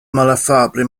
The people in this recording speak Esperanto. malafable